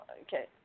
okay